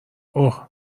اُه